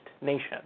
nation